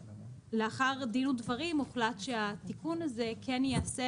לאחר דין ודברים הוחלט שהתיקון הזה כן ייעשה